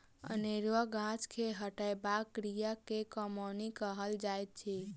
अनेरुआ गाछ के हटयबाक क्रिया के कमौनी कहल जाइत अछि